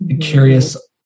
curious